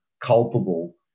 culpable